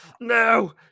no